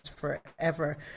forever